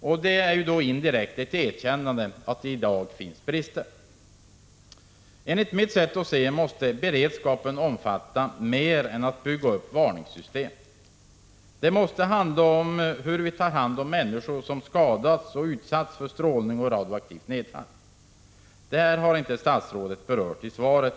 Men det är ju att indirekt erkänna att det i dag finns brister. Som jag ser saken måste beredskapen vara mer omfattande. Det gäller inte bara att bygga upp varningssystem, utan det måste också handla om hur vi tar hand om människor som har skadats och utsatts för strålning och radioaktivt nedfall. Detta har statsrådet inte berört i svaret.